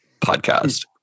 podcast